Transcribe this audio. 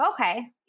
Okay